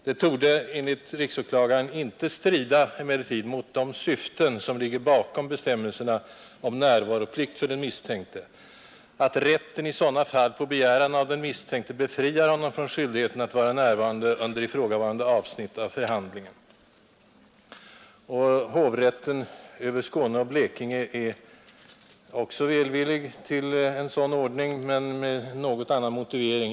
Det torde emellertid enligt riksåklagaren inte strida mot de syften som ligger bakom bestämmelserna om närvaroplikt för den misstänkte, att rätten i sådana fall på begäran av den misstänkte befriar honom från skyldigheten att närvara under ifrågavarande avsnitt av förhandlingen. Hovrätten över Skåne och Blekinge är också välvillig till en sådan ordning, men med något annan motivering.